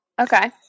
Okay